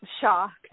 shocked